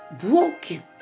broken